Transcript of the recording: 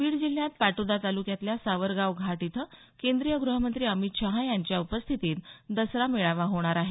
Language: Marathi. बीड जिल्ह्यात पाटोदा तालुक्यातल्या सावरगाव घाट इथं केंद्रीय गृहमंत्री अमित शहा यांच्या उपस्थितीत दसरा मेळावा होणार आहे